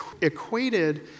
equated